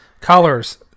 Colors